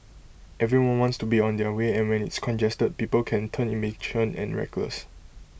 everyone wants to be on their way and when it's congested people can turn impatient and reckless